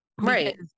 Right